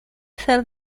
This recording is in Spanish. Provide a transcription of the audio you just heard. ser